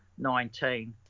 19